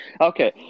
Okay